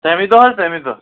تَمی دۄہ حظ تَمی دۄہ